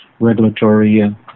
regulatory